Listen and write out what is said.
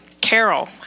Carol